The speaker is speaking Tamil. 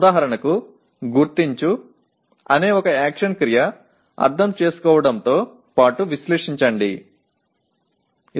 எடுத்துக்காட்டாக "அடையாளம்" என்ற ஒரு செயல் வினைச்சொல் புரிந்துகொள்ளுதல் மற்றும் பகுப்பாய்வு ஆகிய இரண்டோடு தொடர்புடையது